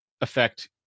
affect